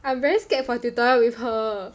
I very scared for tutorial with her